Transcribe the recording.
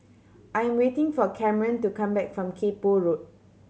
I am waiting for Camron to come back from Kay Poh Road